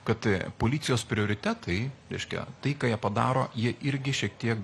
kad policijos prioritetai reiškia tai ką jie padaro jie irgi šiek tiek